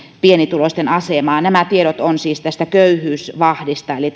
pienituloisten asemaa nämä tiedot ovat siis tästä köyhyysvahdista eli